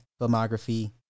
filmography